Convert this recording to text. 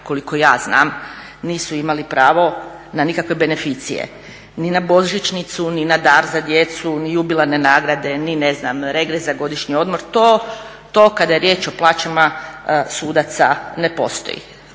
koliko ja znam nisu imali pravo na nikakve beneficije. Ni na božićnicu ni na dar za djecu, ni jubilarne nagrade, ni ne znam, regres za godišnji odmor, to kada je riječ o plaćama sudaca ne postoji.